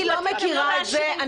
אני